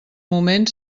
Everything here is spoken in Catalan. moment